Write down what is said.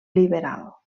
liberal